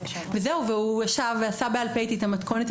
והוא ישב ועשה בעל פה את המתכונת.